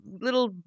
little